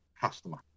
customer